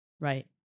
right